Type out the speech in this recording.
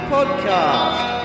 Podcast